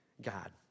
God